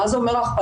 מה זה אומר ההכפלה?